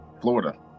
Florida